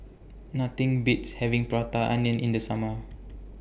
Nothing Beats having Prata Onion in The Summer